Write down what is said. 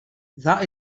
that